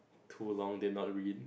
too long did not read